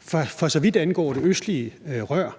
For så vidt angår det østlige rør,